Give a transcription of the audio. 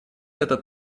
этот